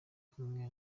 kumwe